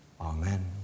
Amen